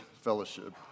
fellowship